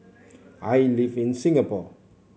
I live in Singapore